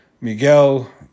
Miguel